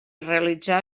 realitzar